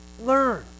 Learn